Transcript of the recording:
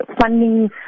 funding